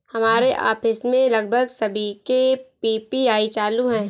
हमारे ऑफिस में लगभग सभी के पी.पी.आई चालू है